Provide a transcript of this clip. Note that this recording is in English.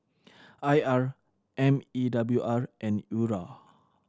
I R M E W R and URA